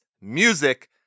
Music